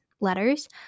letters